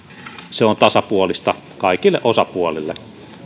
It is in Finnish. se on tasapuolista kaikille osapuolille